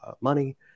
money